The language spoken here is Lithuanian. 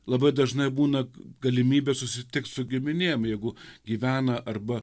labai dažnai būna galimybė susitikt su giminėm jeigu gyvena arba